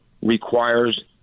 requires